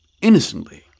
innocently